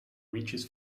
reaches